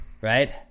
right